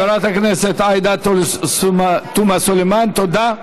חברת הכנסת עאידה תומא סלימאן, תודה.